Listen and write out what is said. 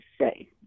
say